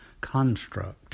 construct